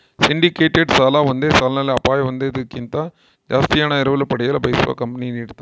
syndicated ಸಾಲ ಒಂದೇ ಸಾಲದಲ್ಲಿ ಅಪಾಯ ಹೊಂದೋದ್ಕಿಂತ ಜಾಸ್ತಿ ಹಣ ಎರವಲು ಪಡೆಯಲು ಬಯಸುವ ಕಂಪನಿ ನೀಡತವ